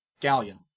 Galleon